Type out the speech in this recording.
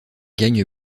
gagne